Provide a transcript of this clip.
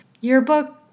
yearbook